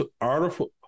artificial